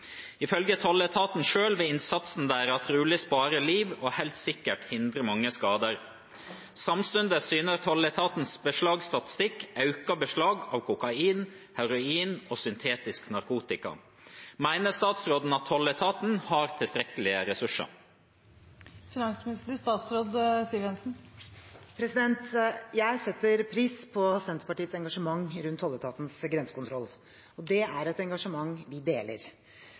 Tolletaten sjølv vil innsatsen deira truleg spare liv og heilt sikkert hindre mange skadar. Samstundes syner Tolletatens beslagsstatistikk auka beslag av kokain, heroin og syntetisk narkotika. Meiner statsråden at Tolletaten har tilstrekkelege ressursar?» Jeg setter pris på Senterpartiets engasjement rundt tolletatens grensekontroll, og det er et engasjement vi deler.